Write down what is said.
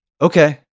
okay